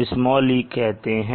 "e" कहते हैं